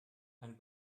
ein